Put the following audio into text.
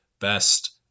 Best